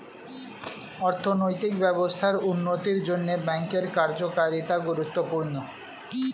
অর্থনৈতিক ব্যবস্থার উন্নতির জন্যে ব্যাঙ্কের কার্যকারিতা গুরুত্বপূর্ণ